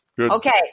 Okay